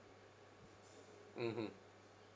mmhmm